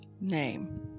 name